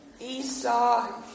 Esau